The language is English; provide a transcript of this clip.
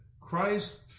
Christ